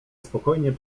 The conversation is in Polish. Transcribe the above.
spokojnie